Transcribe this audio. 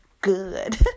good